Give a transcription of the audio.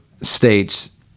states